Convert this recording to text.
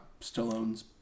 Stallone's